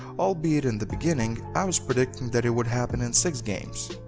albeit in the beginning i was predicting that it would happen in six games.